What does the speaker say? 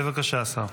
בבקשה, השר.